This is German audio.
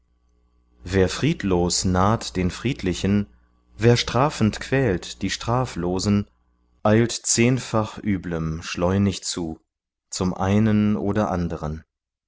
wer friedlos naht den friedlichen wer strafend quält die straflosen eilt zehnfach üblem schleunig zu zum einen oder anderen